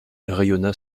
rayonna